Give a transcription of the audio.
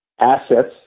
assets